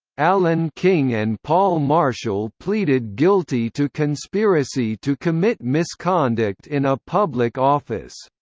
alan king and paul marshall pleaded guilty to conspiracy to commit misconduct in a public office.